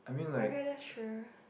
okay that's true